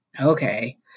Okay